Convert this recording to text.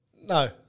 No